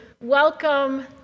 welcome